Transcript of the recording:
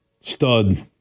Stud